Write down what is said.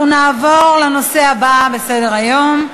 אנחנו נעבור לנושא הבא בסדר-היום: